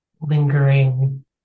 lingering